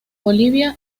bolivia